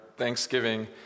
Thanksgiving